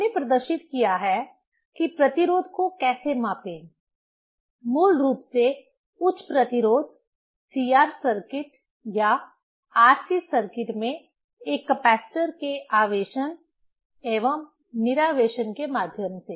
हमने प्रदर्शित किया है कि प्रतिरोध को कैसे मापें मूल रूप से उच्च प्रतिरोध CR सर्किट या RC सर्किट में एक कैपेसिटर के आवेशन एवं निरावेशन के माध्यम से